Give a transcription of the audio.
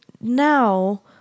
now